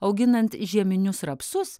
auginant žieminius rapsus